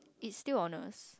it's still honours